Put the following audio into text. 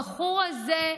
הבחור הזה,